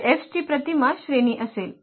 तर F ची प्रतिमा श्रेणी असेल